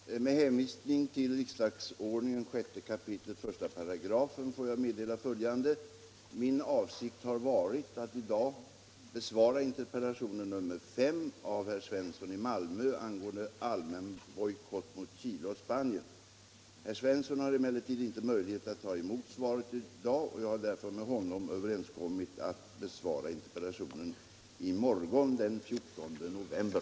Herr talman! Med hänvisning till riksdagsordningen 6 kap. 1 § får jag meddela följande. Min avsikt har varit att i dag besvara interpellationen 1975/76:5 av herr Svensson i Malmö om allmän bojkott mot Chile och Spanien. Herr Svensson har emellertid inte möjlighet att ta emot svaret i dag, och jag har därför med honom överenskommit att besvara interpellationen i morgon den 14 november.